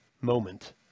moment